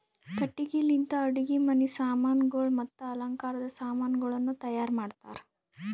ಕಟ್ಟಿಗಿ ಲಿಂತ್ ಅಡುಗಿ ಮನಿ ಸಾಮಾನಗೊಳ್ ಮತ್ತ ಅಲಂಕಾರದ್ ಸಾಮಾನಗೊಳನು ತೈಯಾರ್ ಮಾಡ್ತಾರ್